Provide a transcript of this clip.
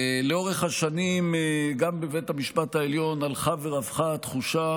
לאורך השנים גם בבית המשפט העליון הלכה ורווחה התחושה